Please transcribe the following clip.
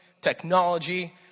technology